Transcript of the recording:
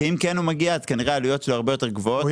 כי אם כן הוא מגיע אז כנראה העלויות שלו הרבה יותר גבוהות.